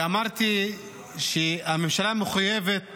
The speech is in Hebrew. ואמרתי שהממשלה מחויבת